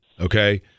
okay